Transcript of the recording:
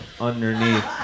underneath